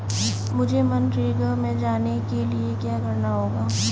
मुझे मनरेगा में जाने के लिए क्या करना होगा?